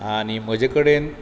आनी म्हजे कडेन